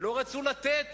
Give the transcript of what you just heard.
לא רצו לתת